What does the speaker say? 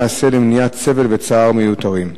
2. מה ייעשה למניעת סבל וצער מיותרים?